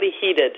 heated